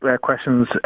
questions